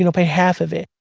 you know pay half of it.